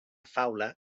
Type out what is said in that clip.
faula